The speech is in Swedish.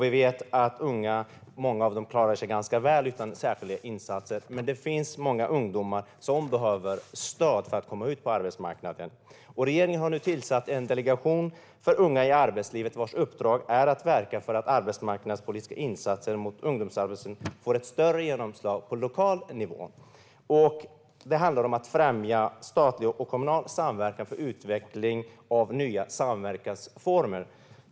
Vi vet att många av de unga klarar sig ganska väl utan särskilda insatser, men det finns många ungdomar som behöver stöd för att komma ut på arbetsmarknaden. Regeringen har nu tillsatt en delegation för unga i arbetslivet, vars uppdrag är att verka för att arbetsmarknadspolitiska insatser mot ungdomsarbetslöshet ska få ett större genomslag på lokal nivå. Det handlar om att främja statlig och kommunal samverkan för utveckling av nya samverkansformer.